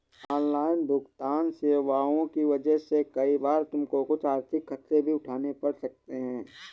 online भुगतन्न सेवाओं की वजह से कई बार तुमको कुछ आर्थिक खतरे भी उठाने पड़ सकते हैं